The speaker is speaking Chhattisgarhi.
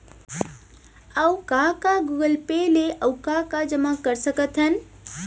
अऊ का का गूगल पे ले अऊ का का जामा कर सकथन?